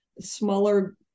smaller